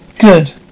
good